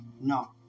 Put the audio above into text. no